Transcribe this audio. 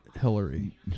Hillary